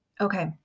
Okay